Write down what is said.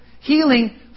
Healing